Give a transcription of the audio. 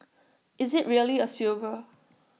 is IT really A silver